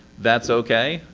that's okay.